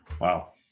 Wow